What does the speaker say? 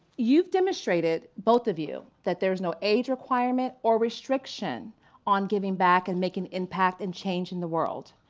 you've demonstrated, both of you, that there's no age requirement or restriction on giving back and making impact and change in the world.